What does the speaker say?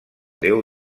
déu